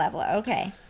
okay